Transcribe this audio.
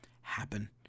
happen